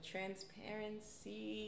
transparency